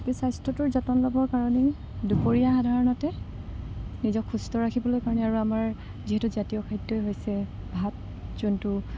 এই স্বাস্থ্যটোৰ যতন ল'বৰ কাৰণে দুপৰীয়া সাধাৰণতে নিজক সুস্থ ৰাখিবলৈ কাৰণে আৰু আমাৰ যিহেতু জাতীয় খাদ্যই হৈছে ভাত যোনটো